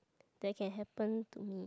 that can happen to me